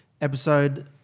episode